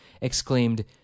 exclaimed